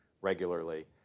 regularly